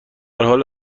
حال